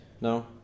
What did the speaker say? no